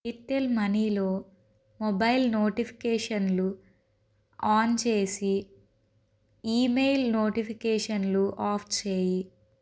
Airtel మనీలో mobile నోటిఫికేషన్లు on చేసి ఈమెయిల్ నోటిఫికేషన్లు ఆఫ్ చేయి